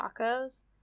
tacos